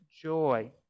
joy